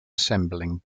assembling